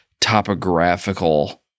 topographical